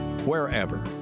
wherever